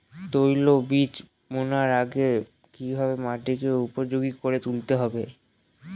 তৈলবীজ বোনার আগে কিভাবে মাটিকে উপযোগী করে তুলতে হবে?